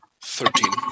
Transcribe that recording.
thirteen